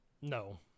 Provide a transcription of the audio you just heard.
no